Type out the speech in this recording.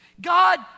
God